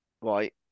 right